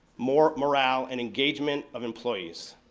more morale, and engagement of employees.